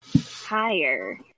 higher